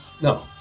No